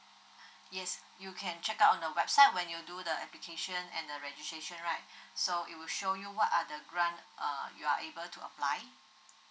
yes you can check out on the website when you do the application and the registration right so it will show you what are the grant uh you are able to apply